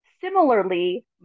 similarly